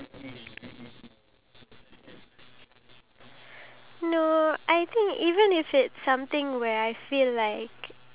and when we end up like them we don't even all we can afford to do is complain that we don't even have food and nobody in the world would care